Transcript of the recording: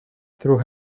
through